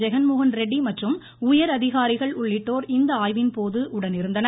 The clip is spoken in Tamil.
ஜெகன் மோகன் ரெட்டி மற்றும் உயரதிகாரிகள் உள்ளிட்டோர் இந்த ஆய்வின்போது உடனிருந்தனர்